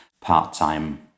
part-time